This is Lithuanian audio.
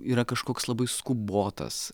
yra kažkoks labai skubotas